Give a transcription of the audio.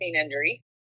injury